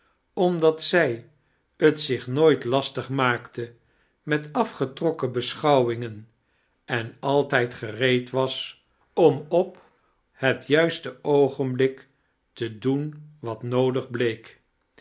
oandat zij t zich mooit lastig maakte met afgefcrokken beschouwingen en altijd gereed was om op het juiste oogenblik te doen wat noodiig bleek